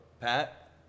Pat